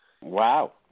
Wow